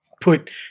put